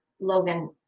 Logan